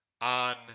on